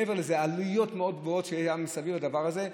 מעבר לזה, עלויות מאוד גבוהות היו מסביב לדבר הזה.